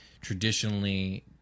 traditionally